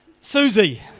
Susie